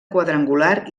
quadrangular